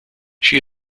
she